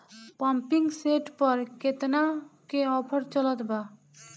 Pumping set पर केतना के ऑफर चलत बा?